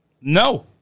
No